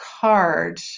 card